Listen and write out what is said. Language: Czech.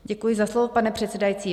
Děkuji za slovo, pane předsedající.